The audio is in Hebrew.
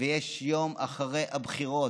ויש יום אחרי הבחירות.